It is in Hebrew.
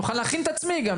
אני אוכל להכין את עצמי גם.